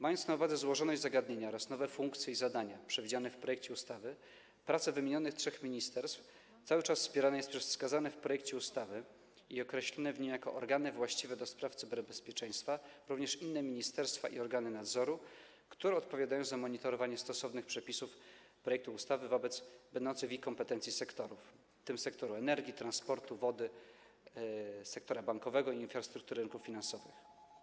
W związku ze złożonością zagadnienia oraz nowymi funkcjami i zadaniami przewidzianymi w projekcie ustawy praca wymienionych trzech ministerstw cały czas wspierana jest przez wskazane w projekcie ustawy i określone w niej jako organy właściwe do spraw cyberbezpieczeństwa również inne ministerstwa i organy nadzoru, które odpowiadają za monitorowanie stosownych przepisów projektu ustawy wobec będących w ich kompetencji sektorów, w tym sektorów energii, transportu i wody oraz sektorów bankowego i infrastruktury rynków finansowych.